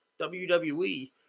WWE